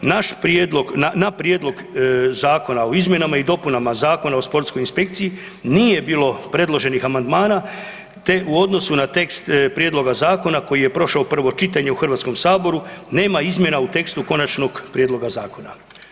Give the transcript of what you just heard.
Naš prijedlog, na Prijedlog zakona o izmjenama i dopunama Zakona o sportskoj inspekciji nije bilo predloženih amandmana te u odnosu na tekst Prijedloga zakona koji je prošao prvo čitanje u Hrvatskom saboru nema izmjena u tekstu Konačnog prijedloga zakona.